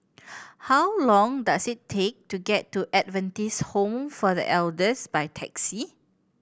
how long does it take to get to Adventist Home for The Elders by taxi